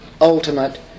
ultimate